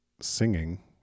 singing